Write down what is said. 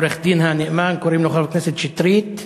עורך-הדין הנאמן, קוראים לו חבר הכנסת שטרית.